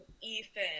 Ethan